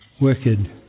wicked